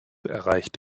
erreicht